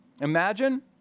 imagine